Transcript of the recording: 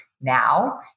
now